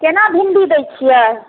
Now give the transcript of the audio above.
केना भिण्डी दै छियै